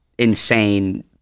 insane